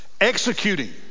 executing